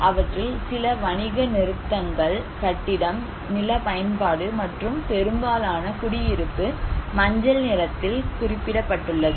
அவற்றில் சில வணிக நிறுத்தங்கள் கட்டிடம் நில பயன்பாடு மற்றும் பெரும்பாலான குடியிருப்பு மஞ்சள் நிறத்தில் குறிப்பிடப்பட்டுள்ளது